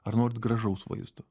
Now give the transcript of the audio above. ar norit gražaus vaizdo